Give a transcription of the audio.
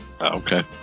Okay